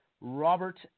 Robert